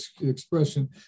expression